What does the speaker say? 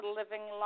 living